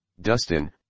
Dustin